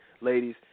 ladies